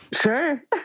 Sure